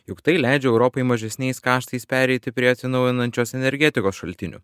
juk tai leidžia europai mažesniais kaštais pereiti prie atsinaujinančios energetikos šaltinių